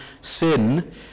sin